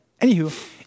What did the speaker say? anywho